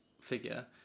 figure